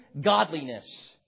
godliness